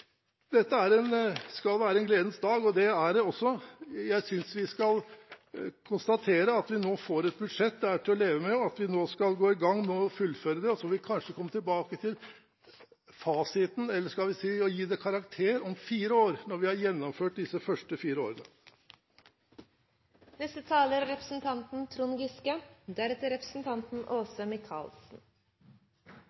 Dette skal være en gledens dag, og det er det også. Jeg synes vi skal konstatere at vi nå får et budsjett som er til å leve med, og at vi nå skal gå i gang med fullføre det. Så får vi kanskje komme tilbake til fasiten – eller skal vi si gi det karakter – om fire år, når vi har gjennomført disse første fire årene. Bare først kort til foregående innlegg: Hvis det var slik at løftene om å